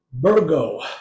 Virgo